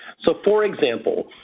so for example,